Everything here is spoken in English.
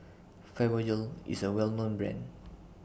Fibogel IS A Well known Brand